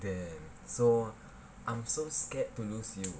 damn so I'm so scared to lose you